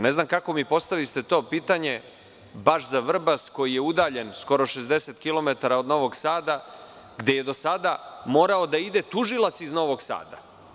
Ne znam kako ste mi postavili to pitanje baš za Vrbas koji je udaljen skoro 60 kilometara od Novog Sada gde je do sada morao da ide tužilac iz Novog Sada.